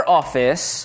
office